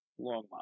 Longmont